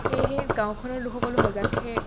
সেয়েহে গাঁওখনৰ লোকসকলো সজাগ সেয়ে